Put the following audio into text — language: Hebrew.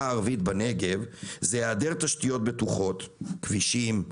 הערבית בנגב זה היעדר תשתיות בטוחות כבישים,